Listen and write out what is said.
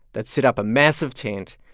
they'd set up a massive tent.